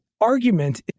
argument